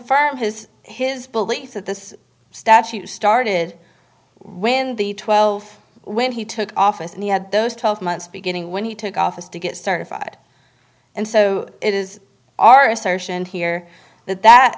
confirm his his belief that this statute started when the th when he took office and he had those twelve months beginning when he took office to get certified and so it is our assertion here that that